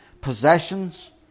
possessions